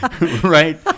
Right